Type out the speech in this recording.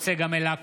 צגה מלקו,